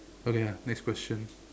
okay ah next question